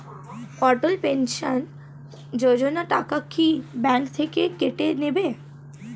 অটল pension Yojana টাকা কি bank থেকে কেটে নেবে?